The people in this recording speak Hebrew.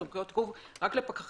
לסמכויות עיכוב הייתה רק לפקח